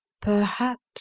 Perhaps